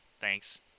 thanks